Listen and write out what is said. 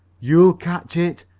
you'll catch it!